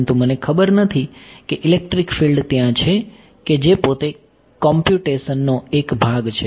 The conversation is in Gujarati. પરંતુ મને ખબર નથી કે ઇલેક્ટ્રિક ફિલ્ડ ત્યાં છે કે જે પોતે કોમ્પ્યુટેશન નો એક ભાગ છે